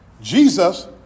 Jesus